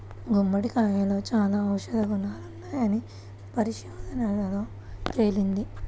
గుమ్మడికాయలో చాలా ఔషధ గుణాలున్నాయని పరిశోధనల్లో తేలింది